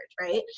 right